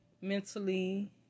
mentally